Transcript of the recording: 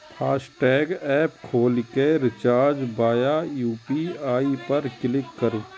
FASTag app खोलि कें recharge via UPI पर क्लिक करू